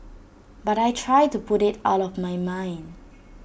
but I try to put IT out of my mind